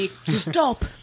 Stop